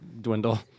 dwindle